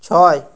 ছয়